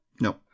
No